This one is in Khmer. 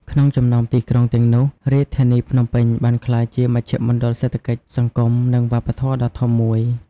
ក្នុងចំណោមទីក្រុងទាំងនោះ រាជធានីភ្នំពេញបានក្លាយជាមជ្ឈមណ្ឌលសេដ្ឋកិច្ច សង្គម និងវប្បធម៌ដ៏ធំមួយ។